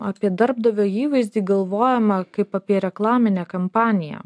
apie darbdavio įvaizdį galvojama kaip apie reklaminę kampaniją